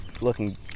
looking